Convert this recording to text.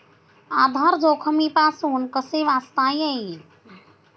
आधार जोखमीपासून कसे वाचता येईल?